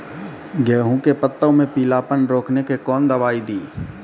गेहूँ के पत्तों मे पीलापन रोकने के कौन दवाई दी?